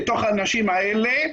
לתוך האנשים האלה,